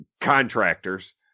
contractors